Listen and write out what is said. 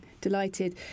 delighted